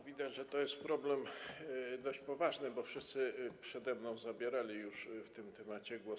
Widać, że to jest problem dość poważny, bo wszyscy przede mną zabierali już w tym temacie głos.